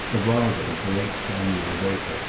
a rival of the late samuel baker,